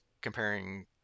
comparing